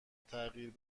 تغییر